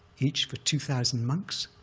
each for two thousand monks,